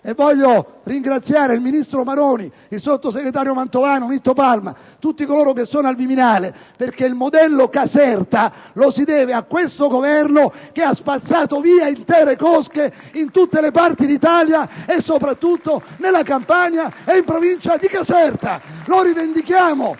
Vorrei ringraziare il ministro Maroni, i sottosegretari Mantovano e Nitto Palma e tutti coloro che sono al Viminale perché il «modello Caserta» lo si deve a questo Governo, che ha spazzato via intere cosche in tutte le parti d'Italia e soprattutto in Campania e nella provincia di Caserta *(Applausi dai